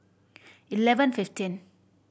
eleven fifteen